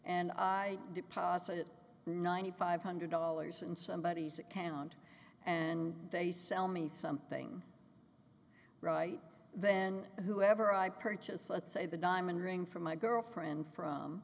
and i deposit ninety five hundred dollars and somebodies account and they sell me something right then whoever i purchase let's say the diamond ring for my girlfriend from